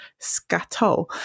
scatol